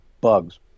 bugs